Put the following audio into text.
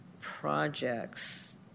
projects